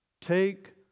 Take